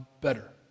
better